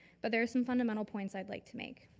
but there is some fundamental points i'd like to make.